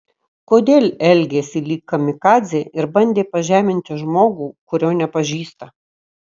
kodėl elgėsi lyg kamikadzė ir bandė pažeminti žmogų kurio nepažįsta